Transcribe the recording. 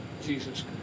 Jesus